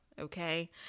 Okay